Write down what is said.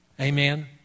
amen